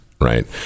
Right